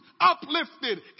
uplifted